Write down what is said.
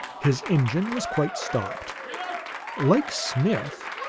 his engine was quite stopped like smith,